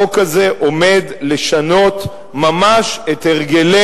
החוק הזה עומד לשנות ממש את הרגלי